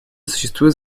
существует